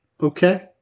Okay